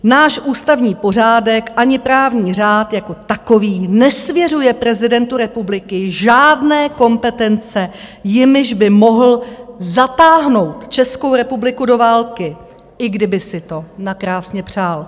Náš ústavní pořádek ani právní řád jako takový nesvěřuje prezidentu republiky žádné kompetence, jimiž by mohl zatáhnout Českou republiku do války, i kdyby si to nakrásně přál.